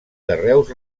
carreus